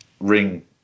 ring